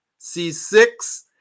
c6